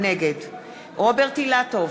נגד רוברט אילטוב,